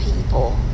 people